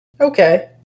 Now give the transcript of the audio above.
Okay